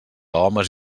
homes